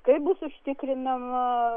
kaip bus užtikrinama